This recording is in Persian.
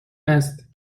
است